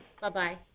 Bye-bye